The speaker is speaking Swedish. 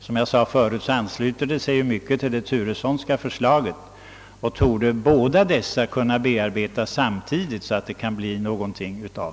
Som jag förut sade ansluter det sig i hög grad till herr Turessons förslag, och båda förslagen borde kunna bearbetas samtidigt så att det kan bli någonting härav.